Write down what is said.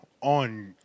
on